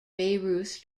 bayreuth